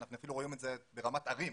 אנחנו אפילו רואים את זה ברמת ערים.